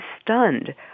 stunned